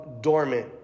dormant